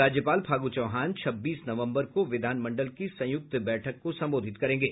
राज्यपाल फागू चौहान छब्बीस नवम्बर को विधान मंडल की संयुक्त बैठक को संबोधित करेंगे